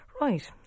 Right